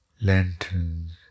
lanterns